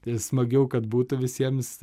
smagiau kad būtų visiems